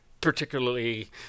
particularly